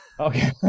Okay